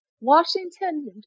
washington